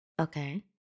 Okay